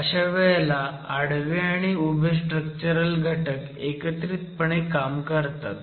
अशा वेळेला आडवे आणि उभे स्ट्रक्चरल घटक एकत्रितपणे काम करतात